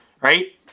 Right